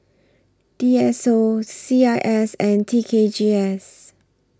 D S O C I S and T K G S